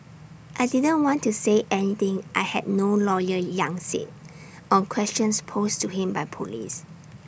I didn't want to say anything I had no lawyer yang said on questions posed to him by Police